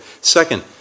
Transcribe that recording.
Second